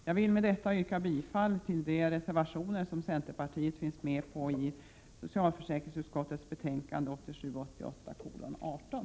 Jag vill med detta yrka bifall till de reservationer som centerpartiet finns med på i socialförsäkringsutskottets betänkande 1987/ 88:18.